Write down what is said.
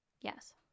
yes